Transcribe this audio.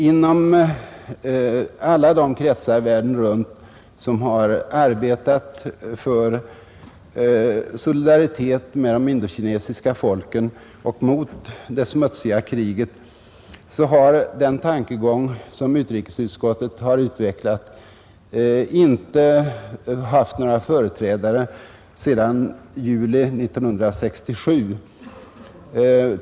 Inom alla de kretsar världen runt som har arbetat för solidaritet med de indokinesiska folken och mot det smutsiga kriget har den tankegång som utrikesutskottet har utvecklat inte haft några företrädare sedan juli 1967.